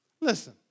Listen